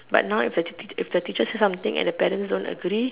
but now is if the teachers say something and if the parents don't agree